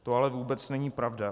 To ale vůbec není pravda.